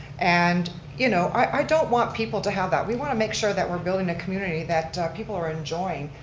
and you know i don't want people to have that. we want to make sure that we're building a community that people are enjoying,